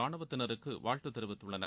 ரானுவத்தினருக்கு வாழ்த்து தெரிவித்துள்ளனர்